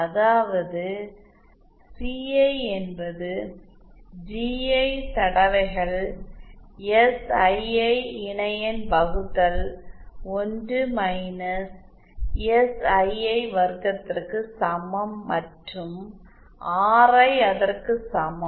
அதாவது சிஐ என்பது ஜிஐ தடவைகள் எஸ்ஐஐ இணையெண் வகுத்தல் 1 - எஸ்ஐஐ வர்க்கத்திற்கு சமம் மற்றும் ஆர் அதற்கு சமம்